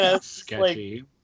Sketchy